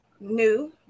new